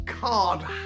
god